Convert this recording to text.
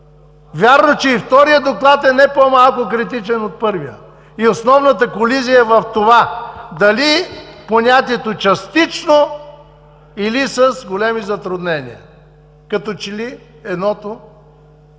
Вярно, че и вторият доклад е не по-малко критичен от първия. Основната колизия е в това: дали понятието „частично“ или „с големи затруднения“. Като че ли едното е